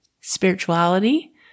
spirituality